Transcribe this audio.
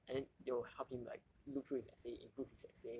and they'll help him like look through his essay improve his essay